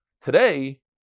Today